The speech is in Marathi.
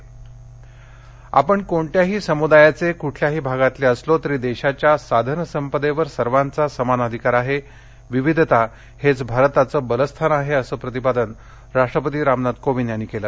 राष्ट्रपती संदेश आपण कोणत्याही समुदायाचे कुठल्याही भागातले असलो तरी देशाच्या साधनसंपदेवर सर्वांचा समान अधिकार आहे विविधता हेच भारताचे बलस्थान आहे असं प्रतिपादन राष्ट्रपती रामनाथ कोविंद यांनी केलं